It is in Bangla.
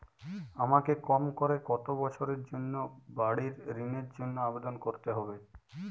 আমাকে কম করে কতো বছরের জন্য বাড়ীর ঋণের জন্য আবেদন করতে হবে?